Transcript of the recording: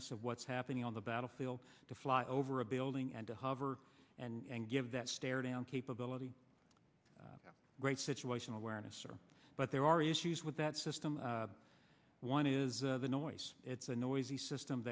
ss of what's happening on the battlefield to fly over a building and to hover and give that stare down capability great situational awareness or but there are issues with that system one is the noise it's a noisy system